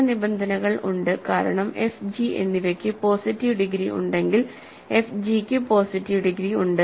ചില നിബന്ധനകൾ ഉണ്ട് കാരണം f g എന്നിവയ്ക്ക് പോസിറ്റീവ് ഡിഗ്രി ഉണ്ടെങ്കിൽ fg ക്കു പോസിറ്റീവ് ഡിഗ്രി ഉണ്ട്